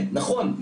נכון,